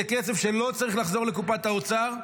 זה כסף שלא צריך לחזור לקופת האוצר,